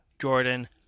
Jordan